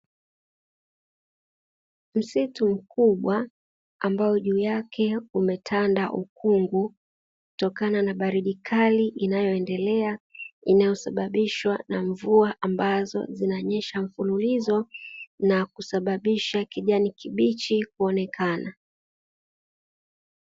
Msitu mkuu wa ambao juu yake umetanda ukungu kutokana na baridi kali inayoendelea inayosababishwa na mvua, ambazo zinanyesha mfululizo na kusababisha kijani kibichi kuonekana.